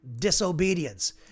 disobedience